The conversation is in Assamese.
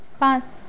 পাঁচ